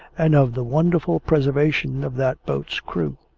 and of the wonderful preservation of that boat's crew.